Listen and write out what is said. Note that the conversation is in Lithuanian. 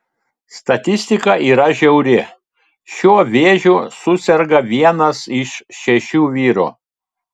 statistika yra žiauri šiuo vėžiu suserga vienas iš šešių vyrų